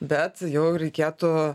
bet jau reikėtų